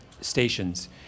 stations